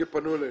כי פנו אלינו.